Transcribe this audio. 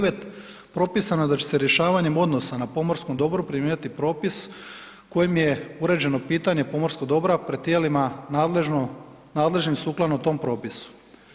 9, propisano je da će se rješavanjem odnosa na pomorskom dobru primjenjivati propis kojim je uređeno pitanje pomorsko dobra pred tijelima nadležnim sukladno tom propisu.